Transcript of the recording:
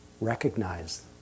Recognize